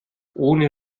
ohne